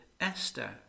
Esther